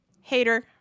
Hater